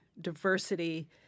diversity